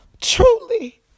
truly